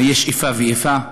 מה, יש איפה ואיפה?